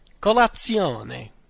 Colazione